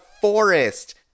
forest